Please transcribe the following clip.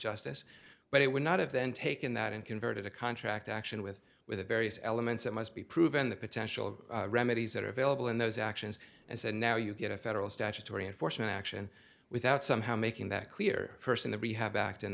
justice but it would not have then taken that and converted a contract action with with the various elements that must be proven the potential remedies that are available in those actions and said now you get a federal statutory enforcement action without somehow making that clear person the rehab act and